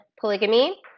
polygamy